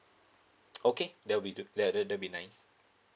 okay that will be good that that that'll be nice